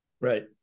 Right